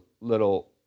little